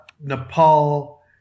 Nepal